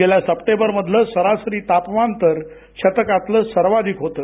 गेल्या सप्टेबर मधलं सरासरी तापमान तर शतकातलं सर्वाधिक होतं